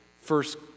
first